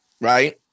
right